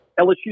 LSU